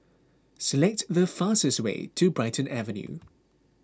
select the fastest way to Brighton Avenue